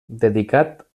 dedicat